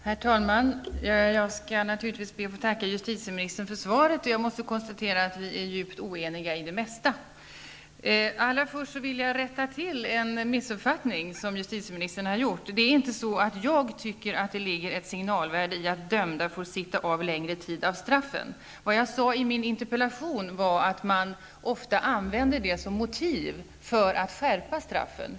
Herr talman! Jag skall naturligtvis be att få tacka justitieministern för svaret, men jag måste konstatera att vi är djupt oeniga i det mesta. Allra först vill jag rätta till en missuppfattning som justitieministern har gjort sig skyldig till. Jag tycker inte att det ligger ett signalvärde i att dömda får sitta av en längre tid av straffen. Vad jag sade i min interpellation var att man ofta använder det som motiv för att skärpa straffen.